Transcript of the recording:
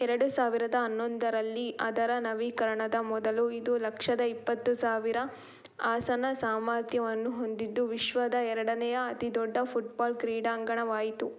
ಎರಡು ಸಾವಿರದ ಹನ್ನೊಂದರಲ್ಲಿ ಅದರ ನವೀಕರಣದ ಮೊದಲು ಇದು ಲಕ್ಷದ ಇಪ್ಪತ್ತು ಸಾವಿರ ಆಸನ ಸಾಮರ್ಥ್ಯವನ್ನು ಹೊಂದಿದ್ದು ವಿಶ್ವದ ಎರಡನೇ ಅತಿದೊಡ್ಡ ಫುಟ್ ಬಾಲ್ ಕ್ರೀಡಾಂಗಣವಾಯಿತು